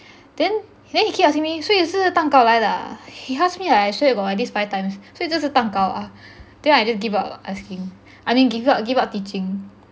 then then he keep asking me 所以是蛋糕来的 ah he ask me I swear to god at least five times 所以这是蛋糕 ah then I just give up asking I mean give up give up teaching